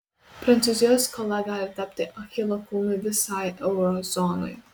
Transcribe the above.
prancūzijos skola gali tapti achilo kulnu visai euro zonai